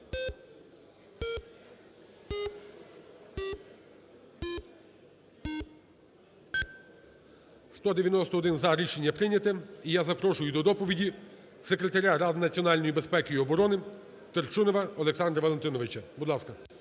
За-191 Рішення прийнято. І я запрошую до доповіді Секретаря Ради національної безпеки і оборони Турчинова Олександра Валентиновича, будь ласка.